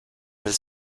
del